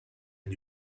and